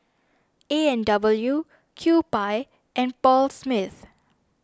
A and W Kewpie and Paul Smith